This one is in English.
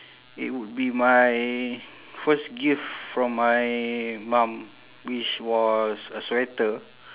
it would be my first gift from my mum which was a sweater